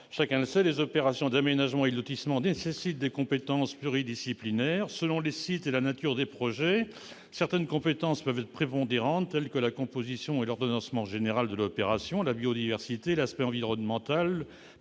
Chacun le sait, les opérations d'aménagement et de lotissement nécessitent de recourir à des compétences pluridisciplinaires. Selon les sites et la nature des projets, certaines compétences peuvent être prépondérantes, telles que la capacité à assumer la composition et l'ordonnancement général de l'opération ou à prendre en compte la biodiversité, l'aspect environnemental,